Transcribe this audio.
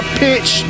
pitch